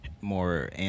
more